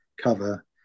cover